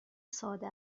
ساده